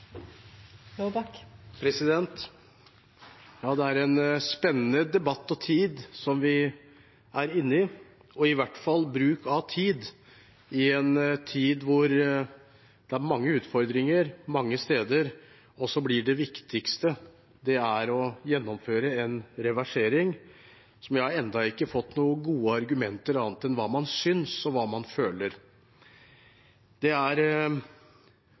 inne i, i hvert fall når det gjelder bruk av tid. I en tid hvor det er mange utfordringer mange steder, blir det viktigste å gjennomføre en reversering, som jeg ennå ikke har fått noen gode argumenter for, annet enn hva man synes, og hva man føler.